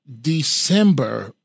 December